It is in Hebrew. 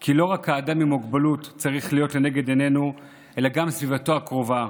כי לא רק האדם עם מוגבלות צריך להיות לנגד עינינו אלא גם סביבתו הקרובה.